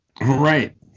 Right